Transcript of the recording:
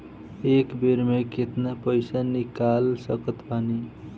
एक बेर मे केतना पैसा निकाल सकत बानी?